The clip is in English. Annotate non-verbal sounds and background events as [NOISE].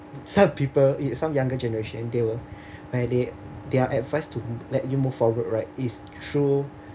[LAUGHS] some people eh some younger generation they will [BREATH] like they their advice to let you move forward right is through